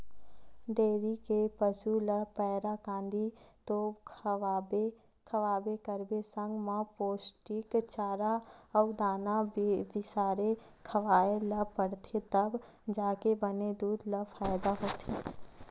dairy के पसू ल पैरा, कांदी तो खवाबे करबे संग म पोस्टिक चारा अउ दाना बिसाके खवाए ल परथे तब जाके बने दूद ले फायदा होथे